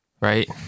right